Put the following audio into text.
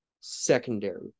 secondary